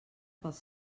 pels